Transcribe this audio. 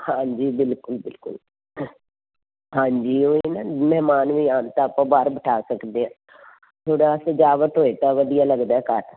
ਹਾਂਜੀ ਬਿਲਕੁਲ ਬਿਲਕੁਲ ਹਾਂਜੀ ਉਹੀ ਨਾ ਮੈਂ ਮਹਿਮਾਨ ਵੀ ਆਉਣ ਤਾਂ ਆਪਾਂ ਬਾਹਰ ਬਿਠਾ ਸਕਦੇ ਹਾਂ ਥੋੜ੍ਹਾ ਸਜਾਵਟ ਹੋਏ ਤਾਂ ਵਧੀਆ ਲੱਗਦਾ ਘਰ